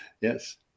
Yes